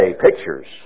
pictures